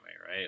Right